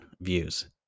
views